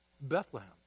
Bethlehem